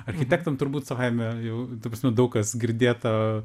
architektam turbūt savaime jau ta prasme daug kas girdėta